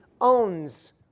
owns